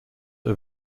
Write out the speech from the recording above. are